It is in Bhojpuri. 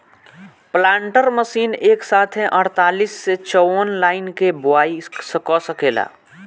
प्लांटर मशीन एक साथे अड़तालीस से चौवन लाइन के बोआई क सकेला